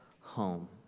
home